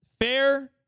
fair